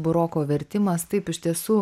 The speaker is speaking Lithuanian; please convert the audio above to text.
buroko vertimas taip iš tiesų